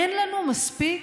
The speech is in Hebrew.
אין לנו מספיק